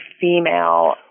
female